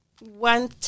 one